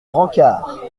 brancard